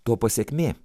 to pasekmė